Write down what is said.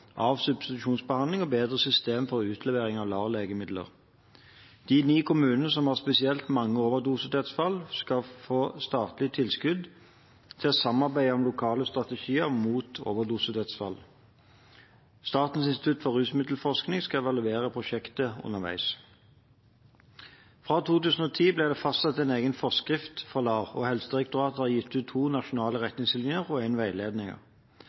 av substitusjonsbehandling og bedre system for utlevering av LAR-legemidler. De ni kommunene som har spesielt mange overdosedødsfall, skal få statlig tilskudd til å samarbeide om lokale strategier mot overdosedødsfall. Statens institutt for rusmiddelforskning skal evaluere prosjektet underveis. Fra 2010 ble det fastsatt en egen forskrift for LAR, og Helsedirektoratet har gitt ut to nasjonale retningslinjer og en